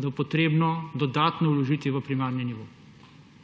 da bo treba dodatno vložiti v primarni nivo.